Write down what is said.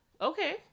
Okay